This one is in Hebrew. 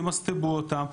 תמסתבו אותם,